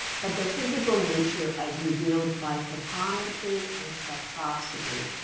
but their physical nature as revealed by photometry and spectroscopy.